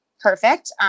perfect